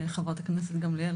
חברת הכנסת גמליאל,